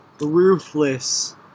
ruthless